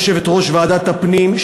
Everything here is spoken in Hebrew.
יושבת-ראש ועדת הפנים,